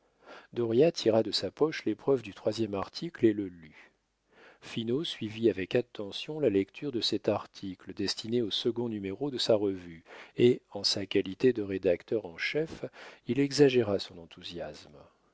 dauriat tira de sa poche l'épreuve du troisième article et le lut finot suivit avec attention la lecture de cet article destiné au second numéro de sa revue et en sa qualité de rédacteur en chef il exagéra son enthousiasme